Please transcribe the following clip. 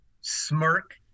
smirk